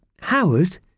Howard